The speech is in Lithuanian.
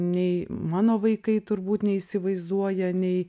nei mano vaikai turbūt neįsivaizduoja nei